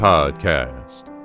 Podcast